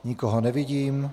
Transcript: Nikoho nevidím.